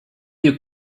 you